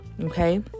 okay